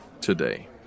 today